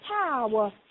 power